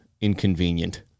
inconvenient